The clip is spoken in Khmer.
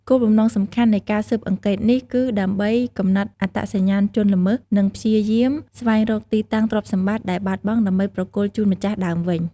គោលបំណងសំខាន់នៃការស៊ើបអង្កេតនេះគឺដើម្បីកំណត់អត្តសញ្ញាណជនល្មើស និងព្យាយាមស្វែងរកទីតាំងទ្រព្យសម្បត្តិដែលបាត់បង់ដើម្បីប្រគល់ជូនម្ចាស់ដើមវិញ។